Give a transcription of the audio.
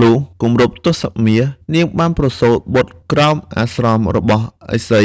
លុះគម្រប់ទសមាសនាងបានប្រសូត្របុត្រក្រោមអាស្រមរបស់ឥសី